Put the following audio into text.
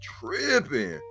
tripping